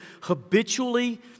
habitually